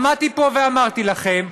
עמדתי פה ואמרתי לכם: